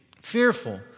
fearful